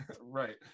right